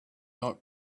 not